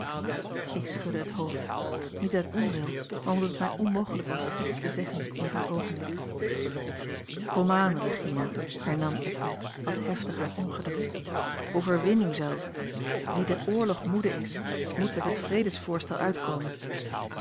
ik schudde het hoofd niet uit onwil maar omdat het mij onmogelijk was iets te zeggen in dien oogenblik komaan regina hernam eckbert wat heftig uit ongeduld overwin u zelve wie den oorlog moede is moet met het vredesvoorstel uitkomen